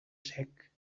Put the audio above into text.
sec